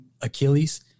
Achilles